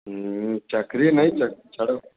ହୁଁ ଚାକ୍ରୀ ନାଇଁ ଛାଡ଼